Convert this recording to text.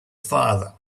father